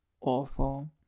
awful